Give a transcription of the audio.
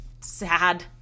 sad